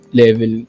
level